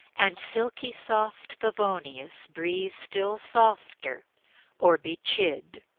and silky soft favonius breathe still softer or be chid!